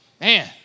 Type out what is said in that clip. man